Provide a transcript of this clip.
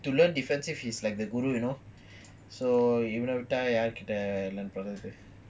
to learn defensive is like the guru you know so இவனவிட்டாயார்கிட்டஇதபண்றது:ivana vitta yarkitta idha panrathu